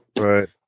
Right